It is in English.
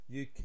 UK